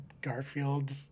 Garfield